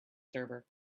server